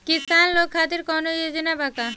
किसान लोग खातिर कौनों योजना बा का?